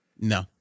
No